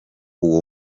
uwo